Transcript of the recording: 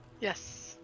Yes